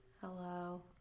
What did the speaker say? Hello